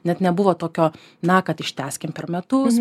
net nebuvo tokio na kad užtęskim per metus